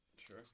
Sure